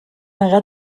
negar